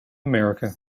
america